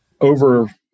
over